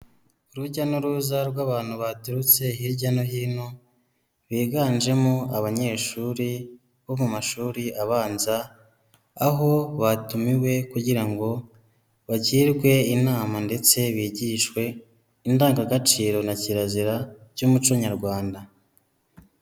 Urujya n'uruza rw'abantu baturutse hirya no hino biganjemo abanyeshuri bo mu mashuri abanza aho batumiwe kugira ngo bagirwe inama ndetse bigishwe indangagaciro na kirazira by'umuco nyarwanda.